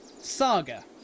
Saga